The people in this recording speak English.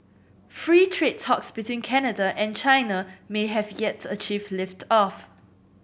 free trade talks between Canada and China may have yet to achieve lift off